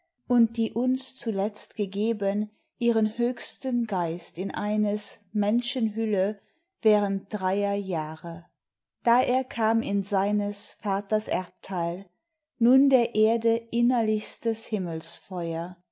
und die uns zuletzt gegeben ihren höchsten geist in eines menschen hülle während dreier jahre da er kam in seines vaters erbteil nun der erde innerlichstes